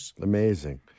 Amazing